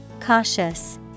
Cautious